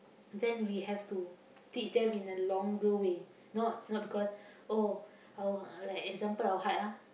then we have to teach them in a longer way not not because oh our like example our heart ah